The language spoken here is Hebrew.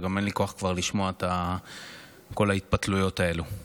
וגם אין לי כוח כבר לשמוע את כל ההתפתלויות האלה.